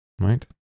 Right